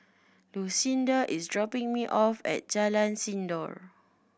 Lucinda is dropping me off at Jalan Sindor